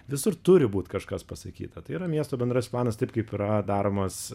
visur turi būti kažkas pasakyta tai yra miesto bendrasis planas taip kaip yra daromas